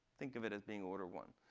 think of it as being order one.